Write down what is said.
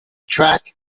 track